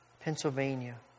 Pennsylvania